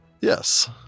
Yes